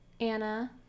Anna